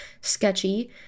sketchy